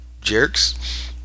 jerks